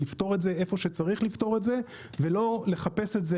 לפתור את זה איפה שצריך לפתור את זה ולא לחפש את זה